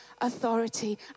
authority